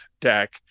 deck